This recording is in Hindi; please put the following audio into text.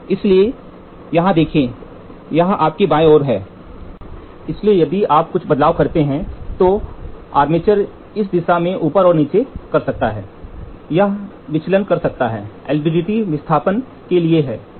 इसलिए यह देखें कि यह आपके और बाय और है इसलिए यदि आप कुछ बदलाव करते है तो आर्मेचर इस दिशा में ऊपर और नीचे कर सकता है या यह विचलन कर सकता है LVDT विस्थापन के लिए है